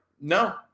no